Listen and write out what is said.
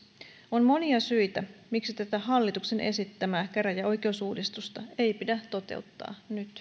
on monia syitä miksi tätä hallituksen esittämää käräjäoikeusuudistusta ei pidä toteuttaa